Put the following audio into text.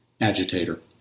agitator